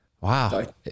wow